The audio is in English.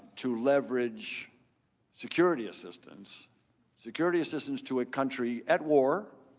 to leverage security assistance security assistance to a country at war